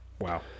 Wow